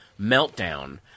meltdown